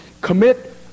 commit